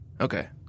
Okay